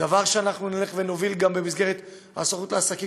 דבר שאנחנו נוביל גם במסגרת הסוכנות לעסקים